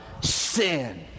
sin